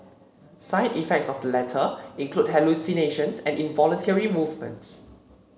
side effects of the latter include hallucinations and involuntary movements